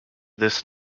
this